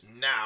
Now